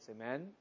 Amen